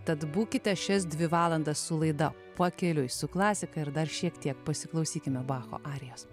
tad būkite šias dvi valandas su laida pakeliui su klasika ir dar šiek tiek pasiklausykime bacho arijos